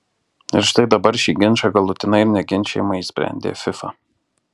ir štai dabar šį ginčą galutinai ir neginčijamai išsprendė fifa